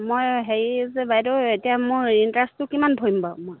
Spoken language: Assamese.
মই হেৰি যে বাইদেউ এতিয়া মোৰ ইণ্টাৰেষ্টটো কিমান ভৰিম বাৰু মই